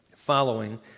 following